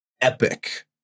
epic